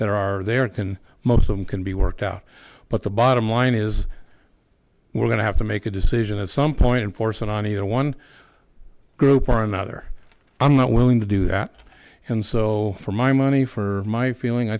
that are there can most of them can be worked out but the bottom line is we're going to have to make a decision at some point and force it on either one group or another i'm not willing to do that and so for my money for my feeling i